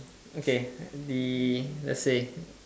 okay the let's say